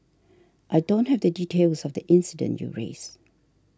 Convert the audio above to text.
I don't have the details of the incident you raised